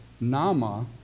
Nama